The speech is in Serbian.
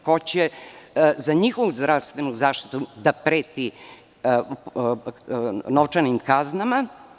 Ko će za njihovu zdravstvenu zaštitu da preti novčanim kaznama?